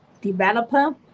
developer